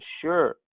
sure